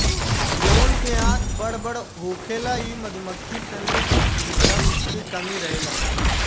drone के आँख बड़ बड़ होखेला इ मधुमक्खी सन में डंक के कमी रहेला